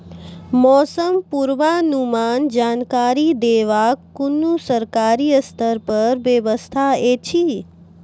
मौसम पूर्वानुमान जानकरी देवाक कुनू सरकारी स्तर पर व्यवस्था ऐछि?